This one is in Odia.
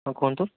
ହଁ କୁହନ୍ତୁ